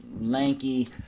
lanky